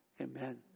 Amen